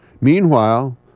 Meanwhile